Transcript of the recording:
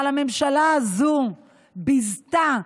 אבל הממשלה הזו ביזתה,